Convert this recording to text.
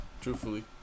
truthfully